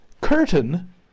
curtain